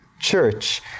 church